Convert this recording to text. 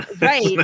Right